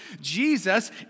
Jesus